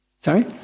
Sorry